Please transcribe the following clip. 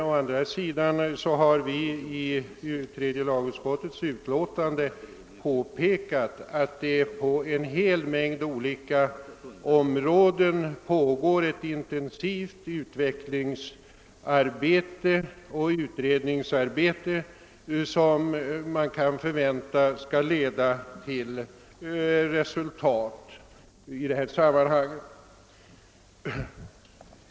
Å andra sidan har vi i tredje lagutskottets utlåtande påpekat att det på en hel mängd olika områden pågår ett intensivt utvecklingsoch utredningsarbete, som kan förväntas leda till resultat i detta sammanhang.